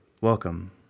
welcome